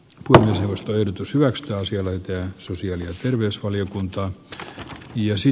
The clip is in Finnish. rasimus pysyäkseen naisia löytää susien ja terveysvaliokunta josi